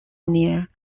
near